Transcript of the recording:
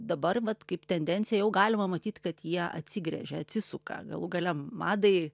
dabar vat kaip tendencija jau galima matyt kad jie atsigręžia atsisuka galų gale madai